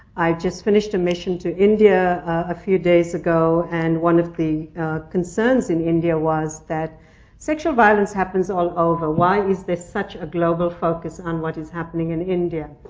i just finished a mission to india a few days ago, and one of the concerns in india was that sexual violence happens all over. why is there such a global focus on what it is happening in india?